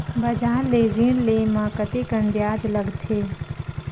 बजार ले ऋण ले म कतेकन ब्याज लगथे?